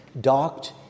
docked